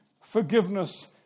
forgiveness